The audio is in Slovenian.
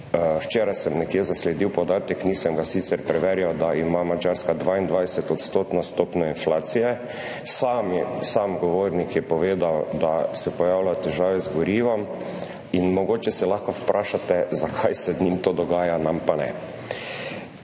Včeraj sem nekje zasledil podatek, nisem ga sicer preverjal, da ima Madžarska dvaindvajseto odstotno stopnjo inflacije. Sam govornik je povedal, da se pojavljajo težave z gorivom in mogoče se lahko vprašate, zakaj se z njim to dogaja, nam pa ne.